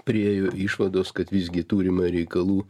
priėjo išvados kad visgi turime reikalų